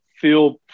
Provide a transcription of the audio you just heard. feel